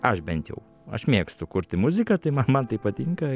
aš bent jau aš mėgstu kurti muziką tai ma man tai patinka